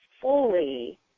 fully